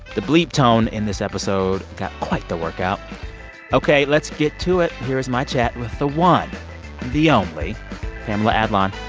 the bleep tone in this episode got quite the workout ok. let's get to it. here's my chat with the one the only pamela adlon